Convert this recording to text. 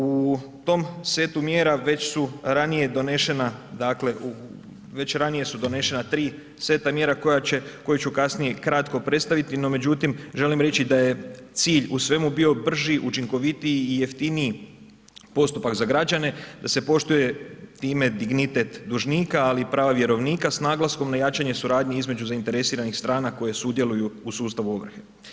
U tom setu mjera već su ranije donešena, dakle, već ranije su donešena tri seta mjera koju ću kasnije kratko predstaviti, no međutim, želim reći da je cilj u svemu bio brži, učinkovitiji i jeftiniji postupak za građane, da se poštuje ime, dignitet dužnika, ali i prava vjerovnika s naglaskom na jačanje suradnje između zainteresiranih strana koje sudjeluju u sustavu ovrhe.